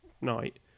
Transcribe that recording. night